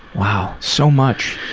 wow. so much.